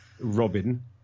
Robin